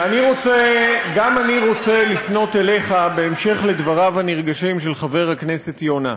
גם אני רוצה לפנות אליך בהמשך לדבריו הנרגשים של חבר הכנסת יונה.